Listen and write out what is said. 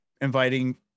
inviting